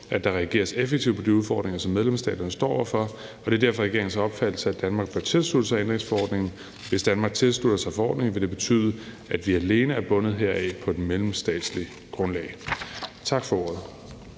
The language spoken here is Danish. at der reageres effektivt på de udfordringer, som medlemsstaterne står over for, og det er derfor regeringens opfattelse, at Danmark bør tilslutte sig ændringsforordningen. Hvis Danmark tilslutter sig forordningen, vil det betyde, at vi alene er bundet heraf på mellemstatsligt grundlag. Tak for ordet.